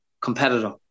competitor